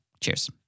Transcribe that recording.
Cheers